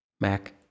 Mac